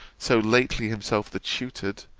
so lately himself the tutored,